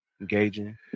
Engaging